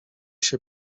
się